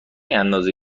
اندازه